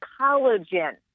collagen